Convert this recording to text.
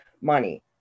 money